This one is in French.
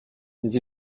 mais